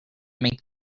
make